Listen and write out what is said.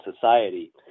society